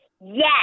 Yes